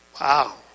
Wow